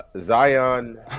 Zion